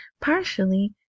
partially